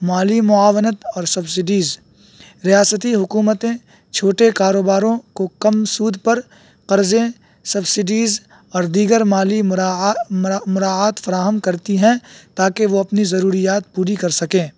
مالی معاونت اور سبسڈیز ریاستی حکومتیں چھوٹے کاروباروں کو کم سود پر قرضے سبسڈیز اور دیگر مالی مراعات فراہم کرتی ہیں تاکہ وہ اپنی ضروریات پوری کر سکیں